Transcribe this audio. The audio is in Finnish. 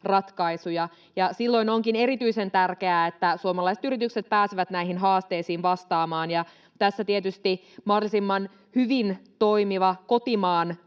Silloin onkin erityisen tärkeää, että suomalaiset yritykset pääsevät näihin haasteisiin vastaamaan. Tässä tietysti mahdollisimman hyvin toimiva kotimaan